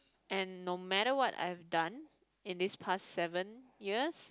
and no matter what I've done in this past seven years